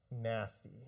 Nasty